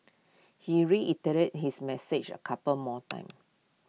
he reiterated his message A couple more times